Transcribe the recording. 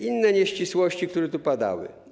Inne nieścisłości, które tu padały.